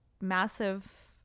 massive